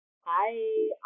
hi